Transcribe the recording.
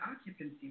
occupancy